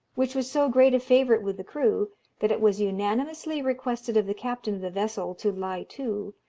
which was so great a favourite with the crew that it was unanimously requested of the captain of the vessel to lie to,